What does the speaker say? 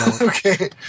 Okay